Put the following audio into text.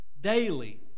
daily